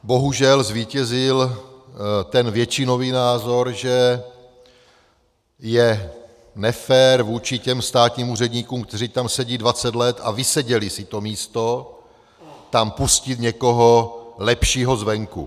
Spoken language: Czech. Bohužel zvítězil ten většinový názor, že je nefér vůči těm státním úředníkům, kteří tam sedí 20 let a vyseděli si to místo, tam pustit někoho lepšího zvenku.